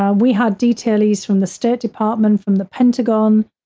um we had detailees from the state department, from the pentagon,